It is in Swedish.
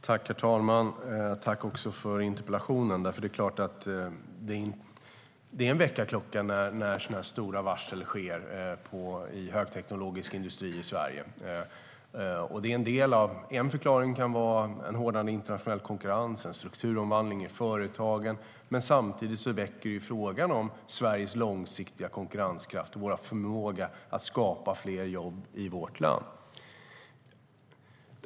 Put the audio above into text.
Herr talman! Tack för interpellationen! Det är en väckarklocka när det är så här stora varsel i högteknologisk industri i Sverige. En förklaring kan vara en hårdnande internationell konkurrens och en strukturomvandling i företagen. Men samtidigt väcker det frågan om Sveriges långsiktiga konkurrenskraft och vår förmåga att skapa fler jobb i vårt land.